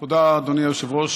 תודה, אדוני היושב-ראש.